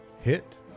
Hit